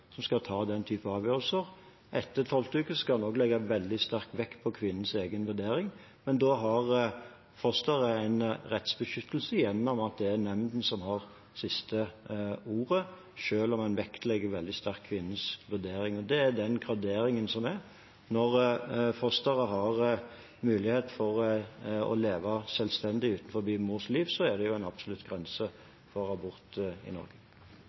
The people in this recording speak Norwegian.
som skal ta den typen avgjørelser. Etter 12. uke skal man også legge veldig sterk vekt på kvinnens egen vurdering, men da har fosteret en rettsbeskyttelse gjennom at det er nemnden som har det siste ordet, selv om en vektlegger veldig sterkt kvinnens vurdering. Det er den graderingen som er. Når fosteret har mulighet til å leve selvstendig utenfor mors liv, er det en absolutt grense for abort i Norge.